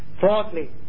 Fourthly